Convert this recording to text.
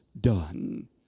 done